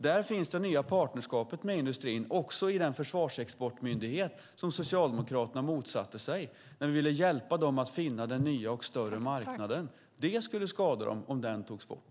Där finns det nya partnerskapet med industrin, och också i den försvarsexportmyndighet som Socialdemokraterna motsatte sig när vi ville hjälpa företagen att finna den nya och större marknaden. Det skulle skada dem om den togs bort.